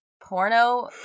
porno